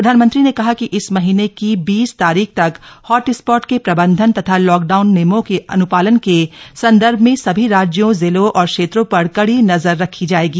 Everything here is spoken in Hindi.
प्रधानमंत्री ने कहा कि इस महीने की बीस तारीख तक हॉट स्पॉट के प्रबंधन तथा लॉकडाउन नियमों के अन्पालन के संदर्भ में सभी राज्यों जिलों और क्षेत्रों पर कड़ी नजर रखी जायेगी